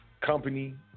company